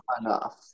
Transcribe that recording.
enough